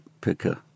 picker